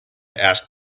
ask